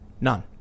None